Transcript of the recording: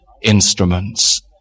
Instruments